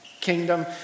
kingdom